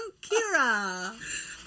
Kira